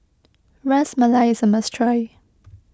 Ras Malai is a must try